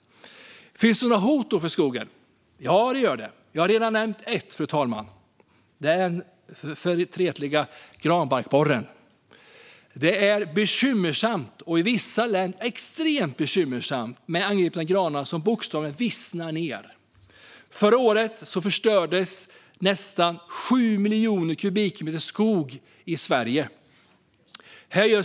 Finns det några hot mot skogen? Ja, det gör det. Jag har redan nämnt ett, fru talman: den förtretliga granbarkborren. Läget är bekymmersamt, i vissa län extremt bekymmersamt, med angripna granar som bokstavligen vissnar ned. Förra året förstördes nästan 7 miljoner kubikmeter skog i Sverige.